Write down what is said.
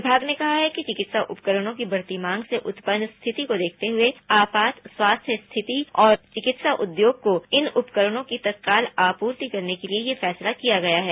विमाग ने कहा है कि चिकित्सा उपकरणों की बढ़ती मांग से उत्पन्न स्थिति को देखते हुए आपात स्वास्थ्य स्थिति और चिकित्सा उद्योग को इन उपकरणों की तत्काल आपूर्ति करने के लिए यह फैसला लिया गया है